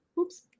oops